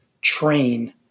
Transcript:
train